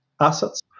assets